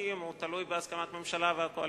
בחוקים תלוי בהסכמת הממשלה והקואליציה.